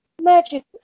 magic